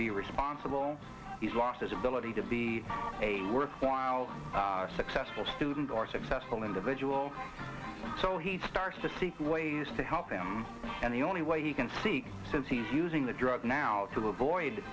be responsible he's lost his ability to be a worthwhile successful students or successful individual so he starts to seek ways to help them and the only way he can seek since he's using the drug now to avoid